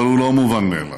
אבל הוא לא מובן מאליו.